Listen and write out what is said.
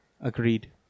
agreed